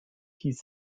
hieß